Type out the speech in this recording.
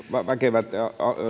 väkevät